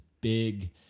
big